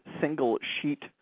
single-sheet